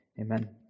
Amen